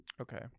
Okay